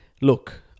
Look